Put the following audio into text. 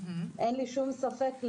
אין לי שום ספק,